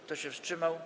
Kto się wstrzymał?